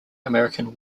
american